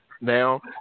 Now